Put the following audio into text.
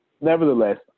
Nevertheless